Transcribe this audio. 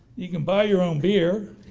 you can buy your own beer,